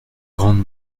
grande